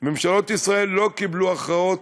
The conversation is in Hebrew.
ממשלות ישראל לא קיבלו הכרעות